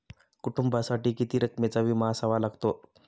कुटुंबासाठी किती रकमेचा विमा असावा लागतो?